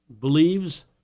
believes